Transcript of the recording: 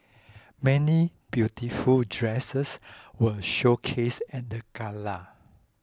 many beautiful dresses were showcased at the gala